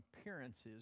appearances